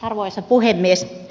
arvoisa puhemies